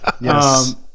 Yes